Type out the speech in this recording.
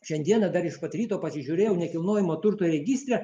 šiandieną dar iš pat ryto pasižiūrėjau nekilnojamo turto registre